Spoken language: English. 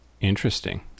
interesting